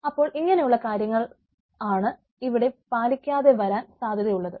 അപ്പോൾ ഇങ്ങനെയുള്ള കാര്യങ്ങളാണ് ഇവിടെ പാലിക്കാതെവരാൻ സാധ്യതയുള്ളത്